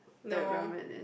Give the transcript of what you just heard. the environment in